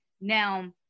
Now